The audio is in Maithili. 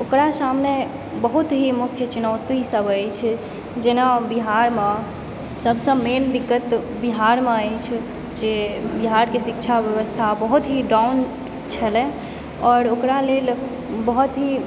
ओकरा सामने बहुत हिम्मतके चुनौतीसभ अछि जेना बिहारमऽ सभसँ मेन दिक्कत बिहारमऽ अछि जे बिहारकेँ शिक्षा व्यवस्था बहुत ही डाउन छलय आओर ओकरा लेल बहुत ही